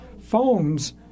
phones